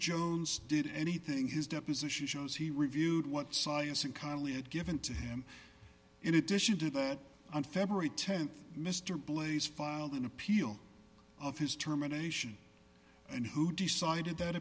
jones did anything his deposition shows he reviewed what science and connally had given to him in addition to that on february th mr blaize filed an appeal of his terminations and who decided that